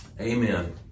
Amen